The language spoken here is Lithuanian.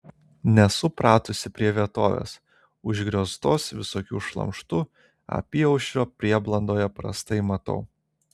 nesu pratusi prie vietovės užgrioztos visokiu šlamštu apyaušrio prieblandoje prastai matau